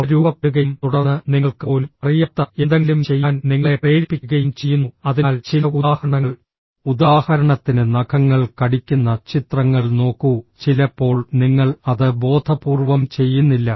അവ രൂപപ്പെടുകയും തുടർന്ന് നിങ്ങൾക്ക് പോലും അറിയാത്ത എന്തെങ്കിലും ചെയ്യാൻ നിങ്ങളെ പ്രേരിപ്പിക്കുകയും ചെയ്യുന്നു അതിനാൽ ചില ഉദാഹരണങ്ങൾ ഉദാഹരണത്തിന് നഖങ്ങൾ കടിക്കുന്ന ചിത്രങ്ങൾ നോക്കൂ ചിലപ്പോൾ നിങ്ങൾ അത് ബോധപൂർവ്വം ചെയ്യുന്നില്ല